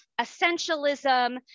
essentialism